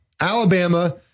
Alabama